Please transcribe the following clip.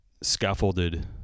scaffolded